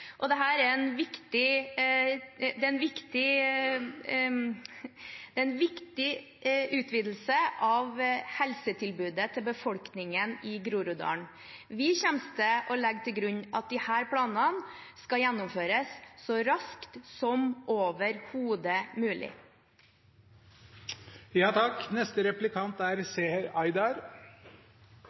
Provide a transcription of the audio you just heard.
er en viktig utvidelse av helsetilbudet til befolkningen i Groruddalen. Vi kommer til å legge til grunn at disse planene skal gjennomføres så raskt som overhodet mulig.